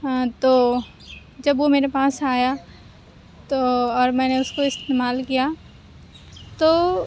ہاں تو جب وہ میرے پاس آیا تو اور میں نے اس کو استعمال کیا تو